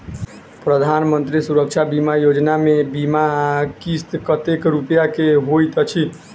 प्रधानमंत्री सुरक्षा बीमा योजना मे बीमा किस्त कतेक रूपया केँ होइत अछि?